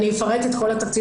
אני אפרט את כל התקציב.